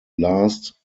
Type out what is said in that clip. last